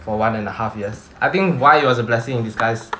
for one and a half years I think why it was a blessing in disguise